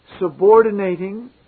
subordinating